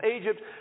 Egypt